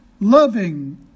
Loving